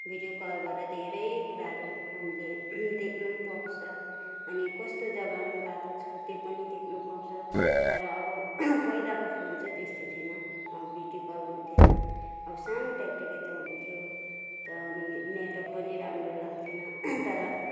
video कलबाट धेरै कुराहरू हामीले देख्नु पनि पाउँछ अनि कस्तो जग्गामा गएको छ त्यो पनि देख्नु पाउँछ तर अब पहिलाको फोन चाहिँ त्यस्तो थिएन अब भिडियो कल हुन्थेन अब सानो ट्याक ट्याके त हुन्थ्यो त अनि नेटवर्क पनि राम्रो लाग्थेन तर